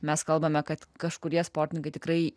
mes kalbame kad kažkurie sportininkai tikrai